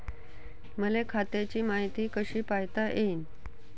मले खात्याची मायती कशी पायता येईन?